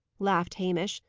laughed hamish,